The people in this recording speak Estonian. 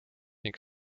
ning